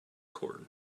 cord